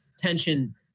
tension